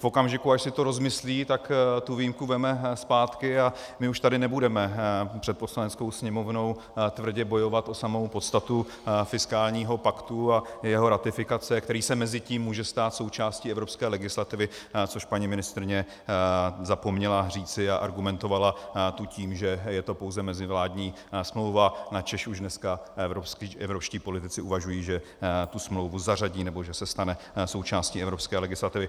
V okamžiku, až si to rozmyslí, tak tu výjimku vezme zpátky a my už tady nebudeme před Poslaneckou sněmovnou tvrdě bojovat o samou podstatu fiskálního paktu a jeho ratifikace, který se mezitím může stát součástí evropské legislativy, což paní ministryně zapomněla říci, a argumentovala tu tím, že je to pouze mezivládní smlouva, načež už dneska evropští politici uvažují, že tu smlouvu zařadí, nebo že se stane součástí evropské legislativy.